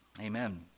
Amen